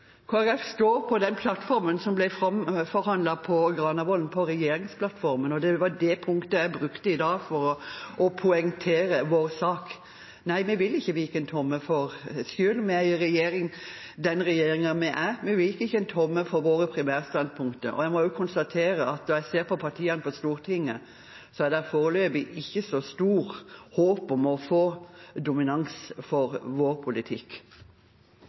Folkeparti står på den plattformen som ble framforhandlet på Granavolden – regjeringsplattformen – og det var det punktet jeg brukte i dag for å poengtere vår sak. Nei, vi vil ikke vike en tomme, selv med den regjeringen vi er i. Vi viker ikke en tomme på våre primærstandpunkter. Jeg må også konstatere – og jeg ser på partiene på Stortinget – at det foreløpig ikke er så stort håp om å få dominans for vår politikk.